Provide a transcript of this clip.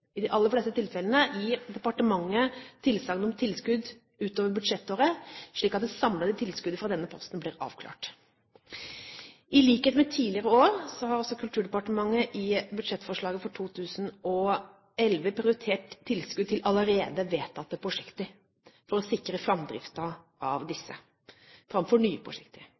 I de aller fleste tilfellene gir departementet tilsagn om tilskudd utover budsjettåret, slik at det samlede tilskuddet fra denne posten blir avklart. I likhet med tidligere år har Kulturdepartementet i budsjettforslaget for 2011 prioritert tilskudd til allerede vedtatte prosjekter for å sikre framdriften av disse, framfor tilskudd til nye prosjekter.